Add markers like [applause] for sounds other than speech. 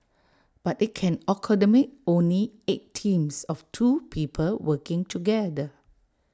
but IT can [unintelligible] only eight teams of two people working together